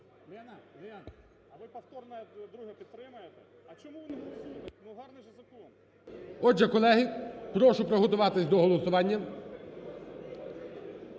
Отже, колеги, прошу приготуватись до голосування,